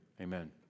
Amen